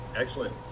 Excellent